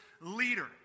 leader